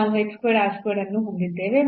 ನಾವು ಅನ್ನು ಹೊಂದಿದ್ದೇವೆ